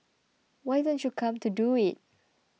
why don't you come to do it